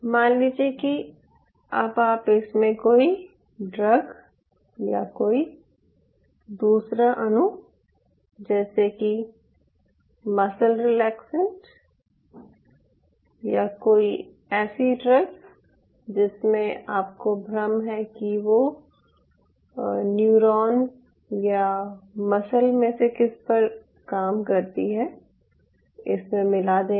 मान लीजिये कि अब आप इसमें कोई ड्रग या कोई दूसरा अणु जैसे कि मसल रिलैक्सेंट या कोई ऐसी ड्रग जिसमे आपको भ्रम है कि वो न्यूरॉन या मसल में से किस पर काम करती है इसमें मिला देते हैं